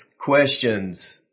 questions